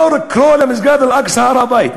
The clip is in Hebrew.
לא לקרוא למסגד אל-אקצא "הר-הבית"?